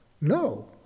No